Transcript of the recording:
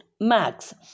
max